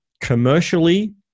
commercially